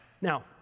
Now